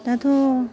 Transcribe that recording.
दाथ'